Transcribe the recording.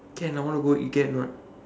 can I want to go eat can or not